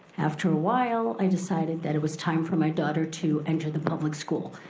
after awhile i decided that it was time for my daughter to enter the public school.